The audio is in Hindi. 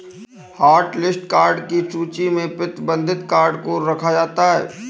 हॉटलिस्ट कार्ड की सूची में प्रतिबंधित कार्ड को रखा जाता है